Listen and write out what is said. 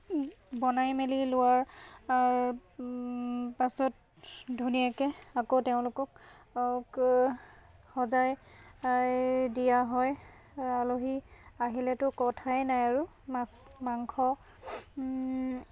বনাই মেলি লোৱাৰ পাছত ধুনীয়াকৈ আকৌ তেওঁলোকক সজাই দিয়া হয় আলহী আহিলেতো কথাই নাই আৰু মাছ মাংস